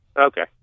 Okay